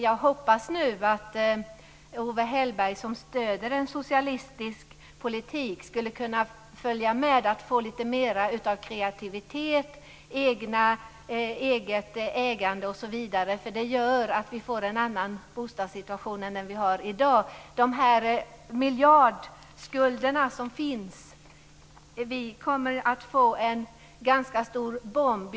Jag hoppas att Owe Hellberg, som stöder en socialistisk politik, skulle kunna vara med om att se till att få lite mer kreativitet, eget ägande osv. Det gör att vi får en annan bostadssituation än den vi har i dag. Det finns miljardskulder. Vi kommer att få en ganska stor bomb.